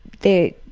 they